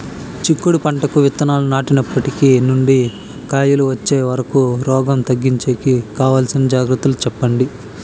చిక్కుడు పంటకు విత్తనాలు నాటినప్పటి నుండి కాయలు వచ్చే వరకు రోగం తగ్గించేకి తీసుకోవాల్సిన జాగ్రత్తలు చెప్పండి?